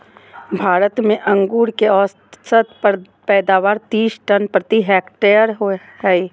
भारत में अंगूर के औसत पैदावार तीस टन प्रति हेक्टेयर हइ